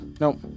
Nope